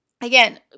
again